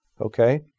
Okay